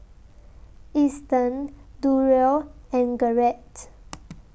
Easton Durrell and Garrett